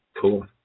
Cool